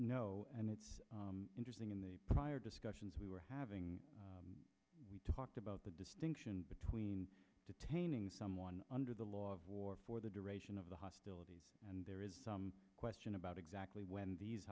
no and it's interesting in the prior discussions we were having we talked about the distinction between detaining someone under the law of war for the duration of the hostilities and there is some question about exactly when these